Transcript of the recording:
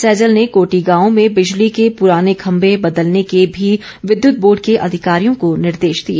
सैजल ने कोटी गांव में बिजली के पुराने खम्मे बदलने के भी विद्यूत बोर्ड के अधिकारियों को निर्देश दिए